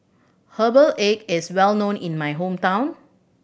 herbal egg is well known in my hometown